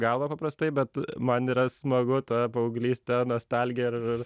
galva paprastai bet man yra smagu ta paauglystė nostalgija ir